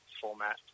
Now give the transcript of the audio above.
format